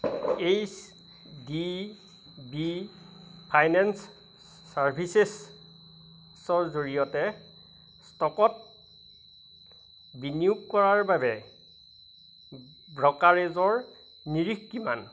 H D B finance চাৰ্ভিচেছৰ জৰিয়তে ষ্টকত বিনিয়োগ কৰাৰ বাবে ব্ৰ'কাৰেজৰ নিৰিখ কিমান